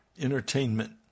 entertainment